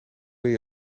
leer